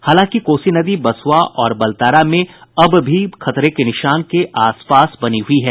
हालांकि कोसी नदी बसुआ और बलतारा में अब भी खतरे के निशान के आसपास बनी हुई है